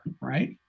right